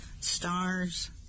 Stars